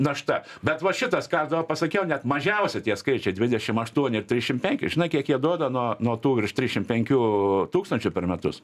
našta bet va šitas ką aš dabar pasakiau net mažiausi tie skaičiai dvidešim aštuoni ir trišim penki žinai kiek jie duoda nuo nuo tų virš trišim penkių tūkstančių per metus